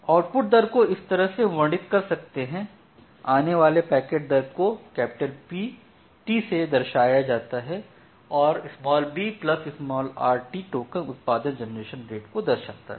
output दर को इस तरह से वर्णित कर सकते हैं आने वाले पैकेट दर को Pt से दर्शाया जाता है और brt टोकन जनरेशन रेट को दर्शाता है